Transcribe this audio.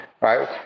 right